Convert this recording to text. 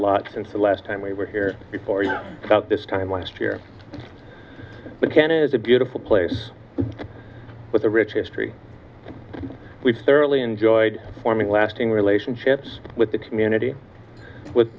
lot since the last time we were here before you about this time last year the can is a beautiful place with a rich history we've thoroughly enjoyed forming lasting relationships with the community with